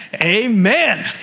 Amen